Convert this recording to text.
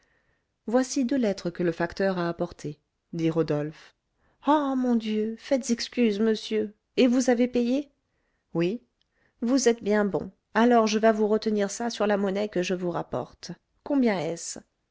voici deux lettres que le facteur a apportées dit rodolphe ah mon dieu faites excuse monsieur et vous avez payé oui vous êtes bien bon alors je vas vous retenir ça sur la monnaie que je vous rapporte combien est-ce